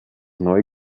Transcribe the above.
neu